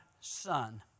son